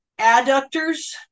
adductors